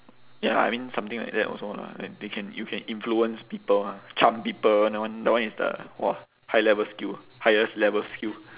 ya I mean something like that also lah that they can you can influence people mah charm people that one that one is the !wah! high level skill highest level skill